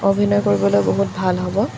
অভিনয় কৰিবলৈ বহুত ভাল হ'ব